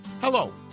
Hello